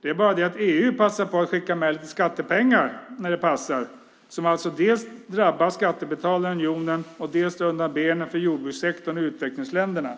Det är bara det att EU passar på att skicka med lite skattepengar när det passar, som alltså dels drabbar skattebetalarna i unionen, dels drar undan benen för jordbrukssektorn i utvecklingsländerna.